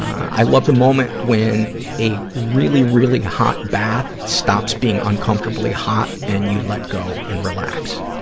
i love the moment when a really, really hot bath stops being uncomfortably hot and you let go and relax,